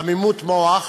חמימות מוח